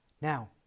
Now